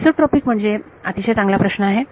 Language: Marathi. आयसोट्रॉपीक म्हणजे अतिशय चांगला प्रश्न आहे